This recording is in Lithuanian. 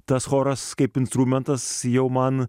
tas choras kaip instrumentas jau man